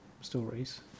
stories